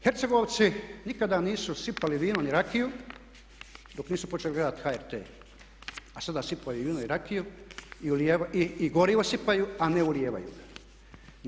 Hercegovci nikada nisu sipali ni vino ni rakiju dok nisu počeli gledati HRT, a sada sipaju i vino i rakiju i gorivo sipaju, a ne ulijevaju ga.